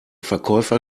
verkäufer